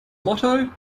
motto